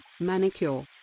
manicure